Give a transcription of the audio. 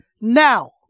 now